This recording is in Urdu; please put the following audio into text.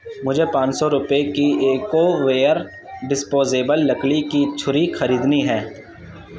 مجھے پانچ سو روپئے کی ایکوویئر ڈسپوزیبل لکڑی کی چھری خریدنی ہے